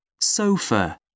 sofa